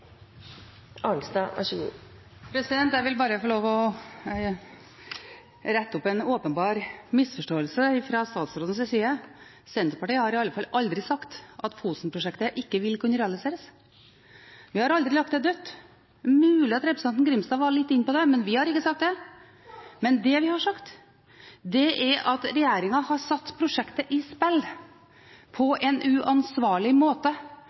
Jeg vil bare få lov til å rette opp en åpenbar misforståelse fra statsrådens side. Senterpartiet har i alle fall aldri sagt at Fosen-prosjektet ikke vil kunne realiseres. Vi har aldri lagt det dødt. Det er mulig at representanten Grimstad var litt inne på det, men vi har ikke sagt det. Det vi har sagt, er at regjeringen har satt prosjektet i spill på en uansvarlig måte